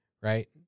right